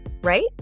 right